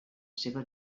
seva